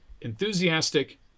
enthusiastic